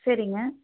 சரிங்க